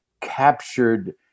captured